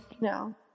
No